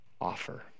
offer